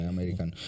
American